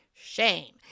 shame